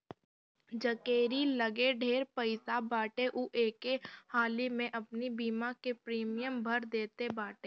जकेरी लगे ढेर पईसा बाटे उ एके हाली में अपनी बीमा के प्रीमियम भर देत बाटे